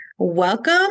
Welcome